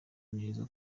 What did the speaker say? neza